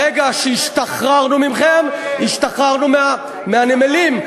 ברגע שהשתחררנו מכם, השתחררנו מהנמלים.